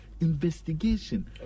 investigation